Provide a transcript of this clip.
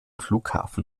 flughafen